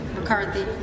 McCarthy